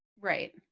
Right